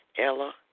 Ella